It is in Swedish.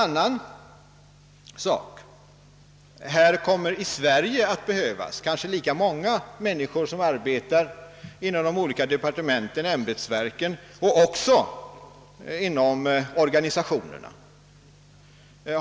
Här i Sverige kommer det att behövas kanske lika många inom de olika departementen och ämbetsverken samt också inom organisationerna.